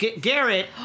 Garrett